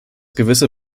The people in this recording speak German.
gewisse